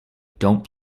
don’t